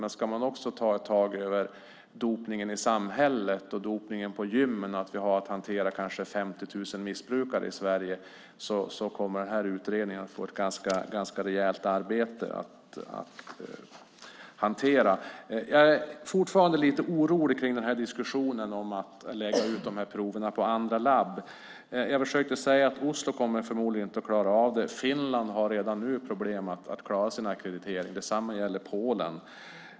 Men om man också ska ta tag i dopningen i samhället och dopningen på gymmen och hantera kanske 50 000 missbrukare i Sverige kommer denna utredning att få ett ganska rejält arbete att hantera. Jag är fortfarande lite orolig när det gäller diskussionen om att lägga ut dessa prov på andra labb. Jag försökte säga att laboratoriet i Oslo förmodligen inte kommer att klara av det. Finland har redan nu problem att klara sin ackreditering. Detsamma gäller Polen.